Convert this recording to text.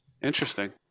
Interesting